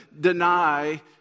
deny